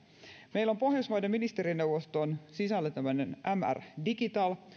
meillä on pohjoismaiden ministerineuvoston sisällä tämmöinen mr digital